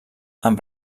amb